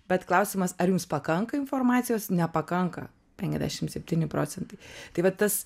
bet klausimas ar jums pakanka informacijos nepakanka penkiasdešimt septyni procentai tai va tas